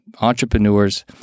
entrepreneurs